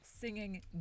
singing